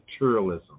materialism